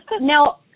Now